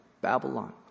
Babylon